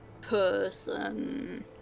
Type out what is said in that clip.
person